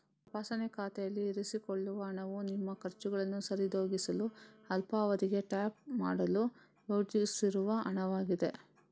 ತಪಾಸಣೆ ಖಾತೆಯಲ್ಲಿ ಇರಿಸಿಕೊಳ್ಳುವ ಹಣವು ನಿಮ್ಮ ಖರ್ಚುಗಳನ್ನು ಸರಿದೂಗಿಸಲು ಅಲ್ಪಾವಧಿಗೆ ಟ್ಯಾಪ್ ಮಾಡಲು ಯೋಜಿಸಿರುವ ಹಣವಾಗಿದೆ